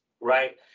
right